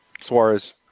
Suarez